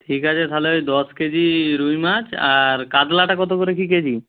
ঠিক আছে তাহলে ওই দশ কেজি রুই মাছ আর কাতলাটা কত করে কী কেজি